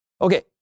Okay